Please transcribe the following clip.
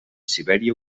sibèria